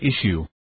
issue